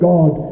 God